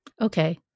Okay